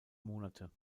monate